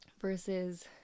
versus